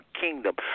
kingdom